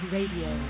Radio